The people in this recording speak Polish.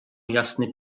jasny